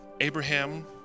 Abraham